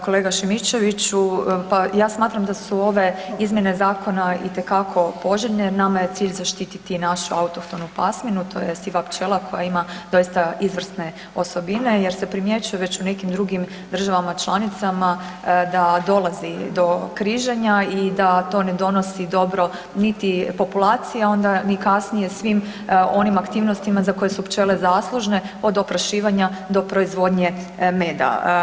Kolega Šimičeviću, pa ja smatram da su ove izmjene zakona itekako poželjne jer nama je cilj zaštititi našu autohtonu pasminu, to je siva pčela koja ima doista izvrsne osobine jer se primjećuje već u nekim drugim državama članicama da dolazi do križanja i da to ne donosi dobro niti populaciji, a onda ni kasnije svim onim aktivnostima za koje su pčele zaslužne od oprašivanja do proizvodnje meda.